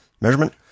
measurement